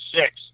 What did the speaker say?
six